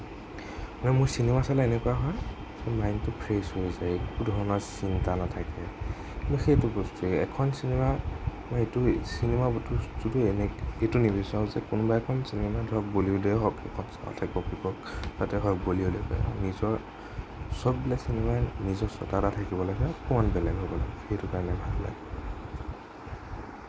মানে মোৰ চিনেমা চালে এনেকুৱা হয় মাইণ্ডটো ফ্ৰেছ হৈ যায় একোধৰণৰ চিন্তা নাথাকে কিন্তু সেইটো বস্তুৱেই এখন চিনেমা মই এইটো চিনেমা যোটো এইটো নিবিচাৰোঁ যে কোনোবা এখন চিনেমা ধৰক বলীউডতে হওঁক যাতে হওঁক বলীউদেই হওঁক নিজৰ সববিলাক চিনেমাৰ নিজৰ স্বত্বা এটা থাকিব লাগে অকণমান বেলেগ হ'ব লাগে সেইটো কাৰণে ভাল লাগে